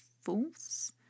false